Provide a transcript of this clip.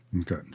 Okay